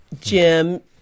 Jim